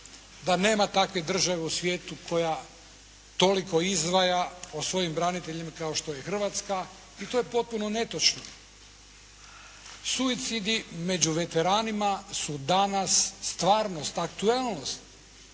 da nema takve države u svijetu koja toliko izdvaja o svojim braniteljima kao što je Hrvatska. I to je potpuno netočno. Suicidi među veteranima su danas stvarno, aktualnost,